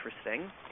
interesting